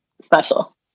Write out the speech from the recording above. special